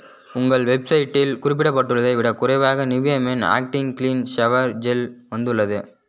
உங்கள் வெப்சைட்டில் குறிப்பிடப்பட்டுள்ளதை விட குறைவாக Nivea men acting clean shower gel வந்துள்ளது